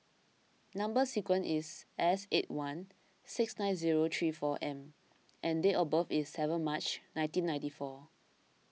Number Sequence is S eight one six nine zero three four M and date of birth is seven March nineteen ninety four